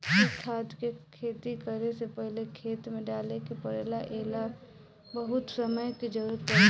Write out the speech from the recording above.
ए खाद के खेती करे से पहिले खेत में डाले के पड़ेला ए ला बहुत समय के जरूरत पड़ेला